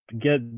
get